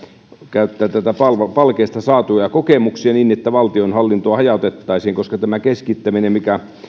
käyttää palkeista saatuja kokemuksia niin että valtion hallintoa hajautettaisiin niin että tämä keskittäminen mikä